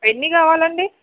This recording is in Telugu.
ఎన్ని కావాలండి